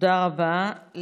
תודה רבה.